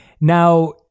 Now